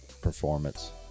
performance